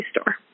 Store